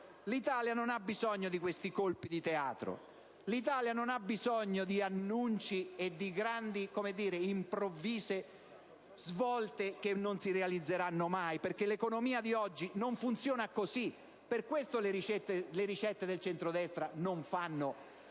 L'Italia non ha bisogno di questi colpi di teatro. L'Italia non ha bisogno di annunci e di grandi improvvise svolte che non si realizzeranno mai, perché l'economia di oggi non funziona così: per questo le ricette del centrodestra non fanno